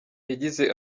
yagize